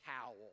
towel